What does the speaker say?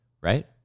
right